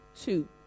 two